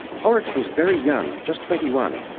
horrocks was very young, just twenty one,